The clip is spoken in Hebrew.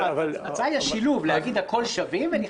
ההצעה היא השילוב להגיד הכול שווים בפני החוק,